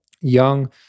young